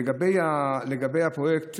לגבי הפרויקט,